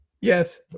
Yes